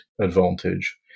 advantage